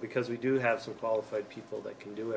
because we do have some qualified people that can do it